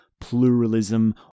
pluralism